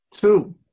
Two